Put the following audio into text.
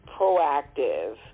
proactive